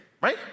Right